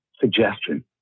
suggestion